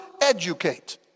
Educate